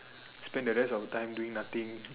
spend the rest of the time doing nothing